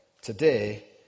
Today